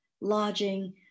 lodging